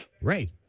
Right